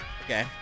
okay